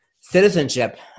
Citizenship